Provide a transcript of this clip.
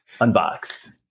Unboxed